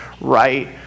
right